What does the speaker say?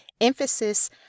emphasis